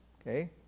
Okay